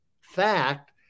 fact